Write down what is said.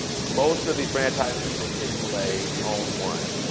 most of the franchisees at chick-fil-a own one.